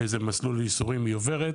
איזה מסלול ייסורים היא עוברת,